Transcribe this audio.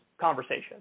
conversation